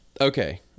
okay